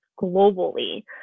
globally